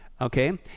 Okay